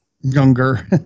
younger